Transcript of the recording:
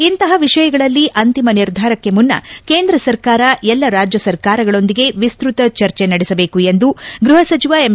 ಇಂತಹ ವಿಷಯಗಳಲ್ಲಿ ಅಂತಿಮ ನಿರ್ಧಾರಕ್ಷೆ ಮುನ್ನ ಕೇಂದ್ರಸರ್ಕಾರ ಎಲ್ಲಾ ರಾಜ್ವ ಸರ್ಕಾರಗಳೊಂದಿಗೆ ವಿಸ್ತತ ಚರ್ಚೆ ನಡೆಸಬೇಕು ಎಂದು ಗೃಹ ಸಚಿವ ಎಮ್